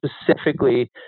specifically